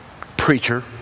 Preacher